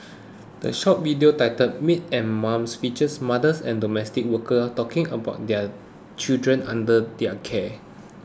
the short video titled Maids and Mums features mothers and domestic workers talking about their children under their care